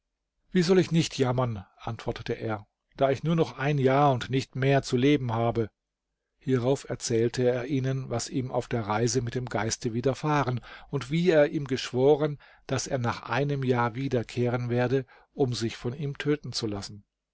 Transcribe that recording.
wie soll ich nicht jammern antwortete er da ich nur noch ein jahr und nicht mehr zu leben habe hierauf erzählte er ihnen was ihm auf der reise mit dem geiste widerfahren und wie er ihm geschworen daß er nach einem jahr wiederkehren werde um sich von ihm töten zu lassen